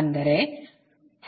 ಅಂದರೆ ಇದು